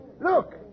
Look